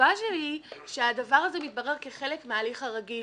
התשובה שלי היא שהדבר הזה מתברר כחלק מההליך הרגיל.